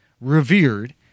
revered